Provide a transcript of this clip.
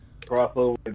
crossover